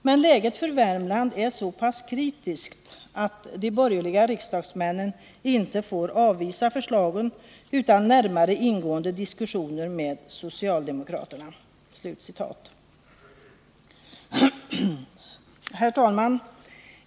Men läget för Värmland är så pass kritiskt, att de borgerliga riksdagsmännen inte får avvisa förslagen utan närmare ingående diskussioner med socialdemokraterna.” Herr talman!